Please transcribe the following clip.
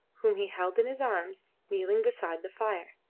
whom he held in his arms, kneeling beside the fire.